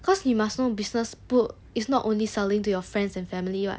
cause you must know business 不 it's not only selling to your friends and family [what]